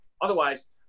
otherwise